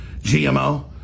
GMO